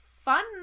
fun